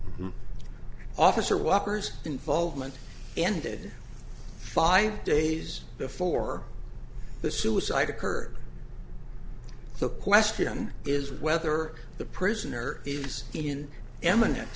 officer whoppers involvement ended five days before the suicide occurred the question is whether the prisoner is in eminent